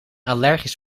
allergisch